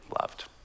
loved